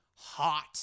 hot